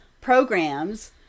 programs